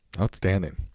Outstanding